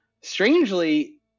strangely